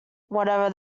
whatever